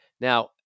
Now